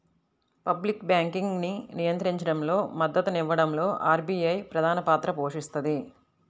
public బ్యాంకింగ్ను నియంత్రించడంలో, మద్దతునివ్వడంలో ఆర్బీఐ ప్రధానపాత్ర పోషిస్తది